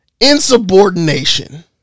Insubordination